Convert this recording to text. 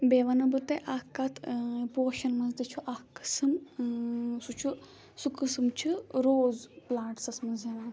بیٚیہِ وَنو بہٕ تۄہہِ اَکھ کَتھ پوشَن منٛز تہِ چھُ اَکھ قٕسٕم سُہ چھُ سُہ قٕسٕم چھُ روز پٕلانٛٹسَس منٛز یِوان